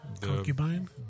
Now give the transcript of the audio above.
concubine